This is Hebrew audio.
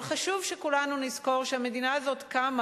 אבל חשוב שכולנו נזכור שהמדינה הזאת קמה